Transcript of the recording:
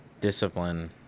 Discipline